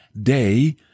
day